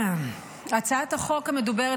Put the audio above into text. הצעת החוק המדוברת,